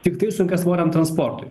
tiktai sunkiasvoriam transportui